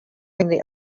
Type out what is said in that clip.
showing